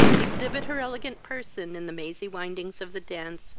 exhibit her elegant person in the mazy windings of the dance,